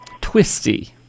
Twisty